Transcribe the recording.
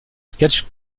sketch